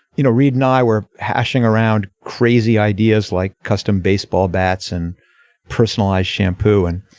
you know reed and i were hashing around crazy ideas like custom baseball bats and personalized shampoo and